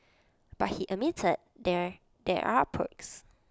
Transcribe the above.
but he admitted there there are perks